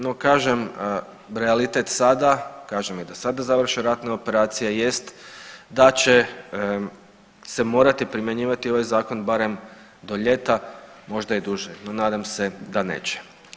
No kažem, realitet sada kažem i da sada završe ratne operacije jest da će se morati primjenjivati ovaj zakon barem do ljeta, možda i duže, no nadam se da neće.